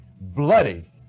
bloody